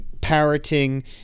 parroting